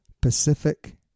Pacific